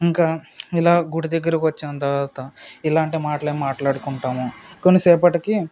ఇంకా ఇలా గుడి దగ్గరకు వచ్చిన తర్వాత ఇలాంటి మాటలు మాట్లాడుకుంటాము కొంచెం సేపటికి